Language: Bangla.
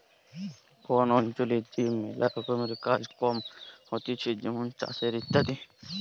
বন অঞ্চলে যে ম্যালা রকমের কাজ কম হতিছে যেমন চাষের ইত্যাদি